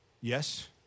Yes